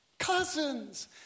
cousins